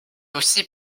aussi